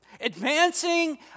Advancing